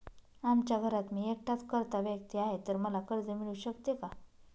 आमच्या घरात मी एकटाच कर्ता व्यक्ती आहे, तर मला कर्ज मिळू शकते का?